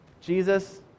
Jesus